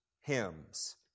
hymns